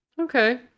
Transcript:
Okay